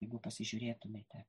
jeigu pasižiūrėtumėte